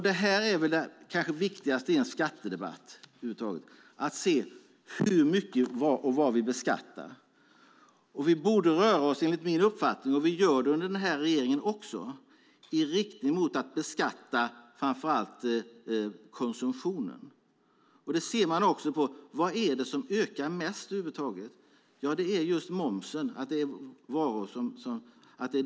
Det viktigaste i en skattedebatt är kanske att se vad vi beskattar och hur mycket. Enligt min uppfattning borde vi röra oss i riktning mot att framför allt beskatta konsumtionen, och vi gör det under den här regeringen också. Vad är det som ökar mest? Det är momsen.